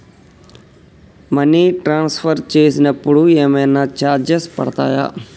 Money transfer చేసినప్పుడు ఏమైనా charges పడతయా?